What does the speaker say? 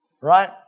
Right